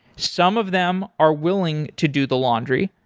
some of them are willing to do the laundry.